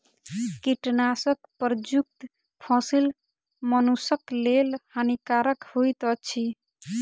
कीटनाशक प्रयुक्त फसील मनुषक लेल हानिकारक होइत अछि